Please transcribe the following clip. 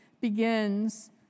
begins